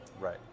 Right